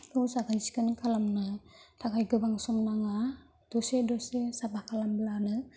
साखोन सिखोन खालामनो थाखाय गोबां सम नाङा दसे दसे साफा खालामब्लानो